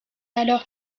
alors